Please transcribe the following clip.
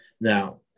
Now